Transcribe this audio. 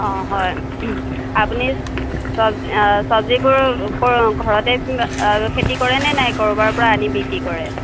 অঁ হয় আপুনি চবজি চবজিবোৰ ঘৰতে খেতি কৰেনে নে ক'ৰবাৰ পৰা আনি বিক্ৰী কৰে